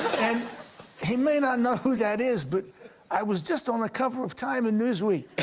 and he may not know who that is, but i was just on the cover of time and newsweek.